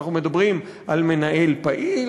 אנחנו מדברים על מנהל פעיל,